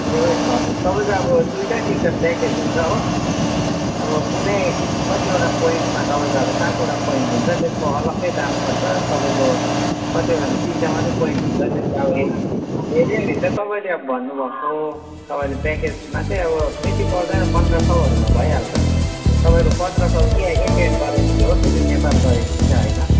ए हजुर तपाईँको अब दुईवटा तिनवटा प्याकेज हुन्छ हो अब कुनै कतिवटा पोइन्टमा तपाईँको अब सातवटा पोइन्ट हुन्छ त्यसको अलग्गै दाम पर्छ तपाईँको कतिवटामा तिनवटा मात्रै पोइन्ट हुन्छ त्यस्तो अहिले हेरी हेरी छ तपाईँले अब भन्नुभएको तपाईँले प्याकेज मात्रै अब बेसी पर्दैन पन्ध्र सौहरूमा भइहाल्छ तपाईँको पन्ध्र सौ चाहिँ इन्डियन करेन्सी हो फेरि नेपाल करेन्सी चाहिँ होइन